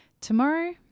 tomorrow